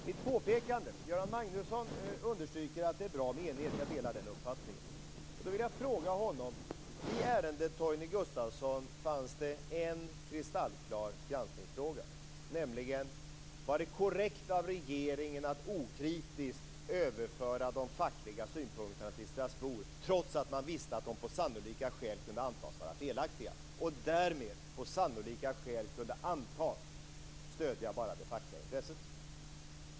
Mitt påpekande: Göran Magnusson understryker att det är bra med enighet. Jag delar den uppfattningen. I ärendet Torgny Gustafsson fanns det en kristallklar granskningsfråga, nämligen om det var korrekt av regeringen att okritiskt överföra de fackliga synpunkterna till Strasbourg, trots att man visste att de på sannolika skäl kunde antas vara felaktiga och att de därmed på sannolika skäl kunde antas stödja bara det fackliga intresset.